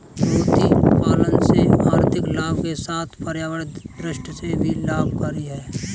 मोती पालन से आर्थिक लाभ के साथ पर्यावरण दृष्टि से भी लाभकरी है